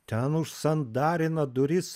ten užsandarina duris